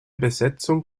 besetzung